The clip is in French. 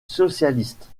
socialistes